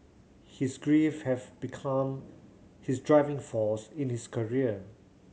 his grief have become his driving force in his career